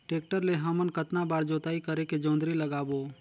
Tractor ले हमन कतना बार जोताई करेके जोंदरी लगाबो?